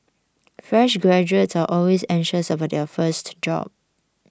fresh graduates are always anxious about their first job